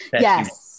Yes